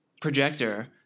projector